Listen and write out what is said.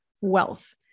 wealth